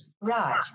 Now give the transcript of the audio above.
Right